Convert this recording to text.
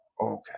okay